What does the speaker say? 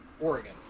oregon